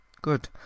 good